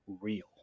real